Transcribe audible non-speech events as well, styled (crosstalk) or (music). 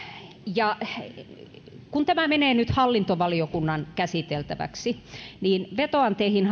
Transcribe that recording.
ja kun tämä menee nyt hallintovaliokunnan käsiteltäväksi niin vetoan teihin (unintelligible)